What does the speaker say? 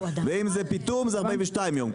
ואם זה פיטום זה 42 יום.